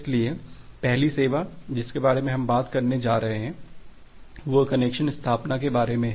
इसलिए पहली सेवा जिसके बारे में हम बात करने जा रहे हैं वह कनेक्शन स्थापना के बारे में है